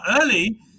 early